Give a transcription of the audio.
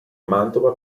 mantova